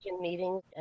meetings